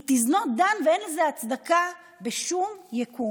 It is not done, ואין לזה הצדקה בשום יקום.